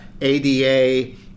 ADA